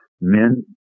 men